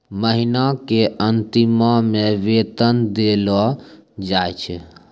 महिना के अंतिमो मे वेतन देलो जाय छै